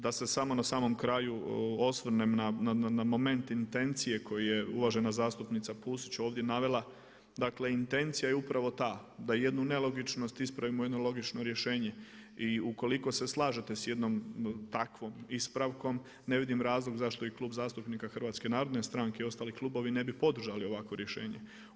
Da se samo na samom kraju osvrnem na moment intencije koji je uvažena zastupnica Pusić ovdje navela, dakle intencija je upravo ta da jednu nelogičnost ispravimo u jedno logično rješenje i ukoliko se slažete s jednom takvom ispravkom ne vidim razloga zašto i Klub zastupnika HNS-a i ostali klubovi ne podržali ovakvo rješenje.